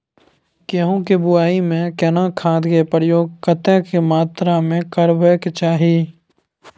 गेहूं के बुआई में केना खाद के प्रयोग कतेक मात्रा में करबैक चाही?